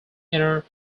inner